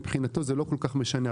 מבחינתו זה לא כל כך משנה.